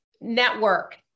Network